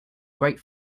great